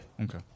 Okay